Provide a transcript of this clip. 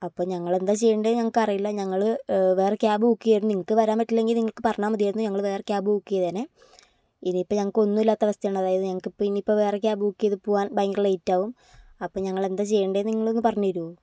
അപ്പം ഞങ്ങൾ എന്താ ചെയ്യണ്ടതെന്ന് ഞങ്ങൾക്ക് അറിയില്ല ഞങ്ങൾ വേറെ ക്യാബ് ബുക്ക് ചെയ്യാം നിങ്ങൾക്ക് വരാൻ പറ്റില്ലെങ്കിൽ നിങ്ങൾ ക്ക് പറഞ്ഞാൽ മതിയായിരുന്നു ഞങ്ങൾ വേറെ ക്യാബ് ബുക്ക് ചെയ്തേനെ ഇതിപ്പോൾ ഞങ്ങൾക്ക് ഒന്നുമില്ലാത്ത അവസ്ഥയാണ് അതായത് ഞങ്ങൾക്ക് ഇപ്പം ഇനിയിപ്പോൾ വേറെ ക്യാബ് ബുക്ക് ചെയ്ത് പോകാൻ ഭയങ്കര ലേറ്റ് ആകും അപ്പം ഞങ്ങൾ എന്താ ചെയ്യണ്ടതെന്നു നിങ്ങൾ ഒന്ന് പറഞ്ഞു തരുമോ